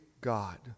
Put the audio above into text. God